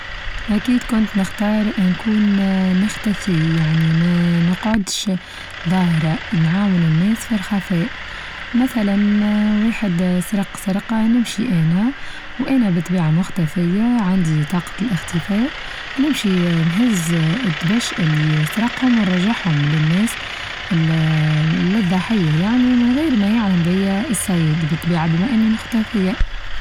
أكيد كنت نختار نكون نختفي يعني ما نقعدش ظاهرة نعاون الناس في الخفاء، مثلا آآ واحد سرق-سرق نمشي أنا وأنا بالطبيعة مختفية عندي طاقة الإختفاء نمشي آآ نهز آآ الدبش اللي سرقهم ونرچعهم للناس لل-للضحية يعني من غير ما يعلم بيا السيد بالطبيعة بما أني مختفية.